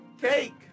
cake